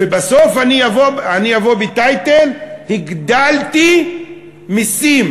ובסוף אני אבוא ב"טייטל": הגדלתי מסים.